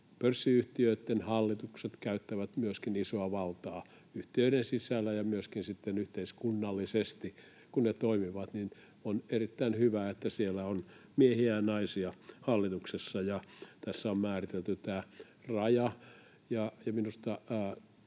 Pörssiyhtiöitten hallitukset käyttävät myöskin isoa valtaa yhtiöiden sisällä ja myöskin sitten yhteiskunnallisesti, kun ne toimivat. On erittäin hyvä, että siellä on miehiä ja naisia hallituksessa. Tässä on määritelty tämä raja,